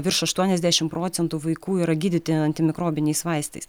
virš aštuoniasdešim procentų vaikų yra gydyti antimikrobiniais vaistais